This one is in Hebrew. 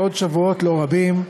עוד שבועות לא רבים,